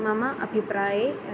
मम अभिप्राये